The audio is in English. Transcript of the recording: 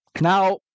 Now